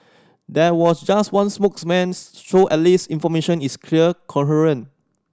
there was just one spokesman so at least information is clear coherent